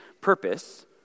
purpose